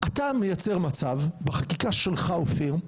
אתה מייצר מצב בחקיקה שלך אופיר,